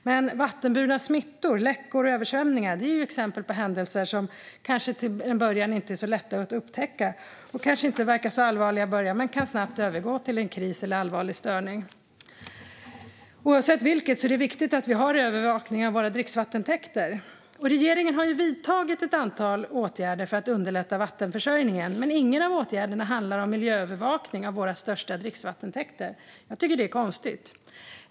Men vattenburna smittor, läckor och översvämningar är exempel på händelser som kanske till en början inte är så lätta att upptäcka och som kanske inte verkar så allvarliga i början men som snabbt kan övergå till en kris eller allvarlig störning. Oavsett vilket är det viktigt att vi har övervakning av våra dricksvattentäkter. Regeringen har vidtagit ett antal åtgärder för att underlätta vattenförsörjningen, men ingen av åtgärderna handlar om miljöövervakning av våra största dricksvattentäkter. Jag tycker att det är konstigt.